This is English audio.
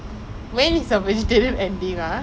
favourite ah கௌச்சி:kouchi lah கோழி:kozhi